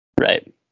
Right